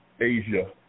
Asia